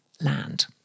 land